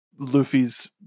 luffy's